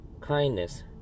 kindness